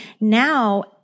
now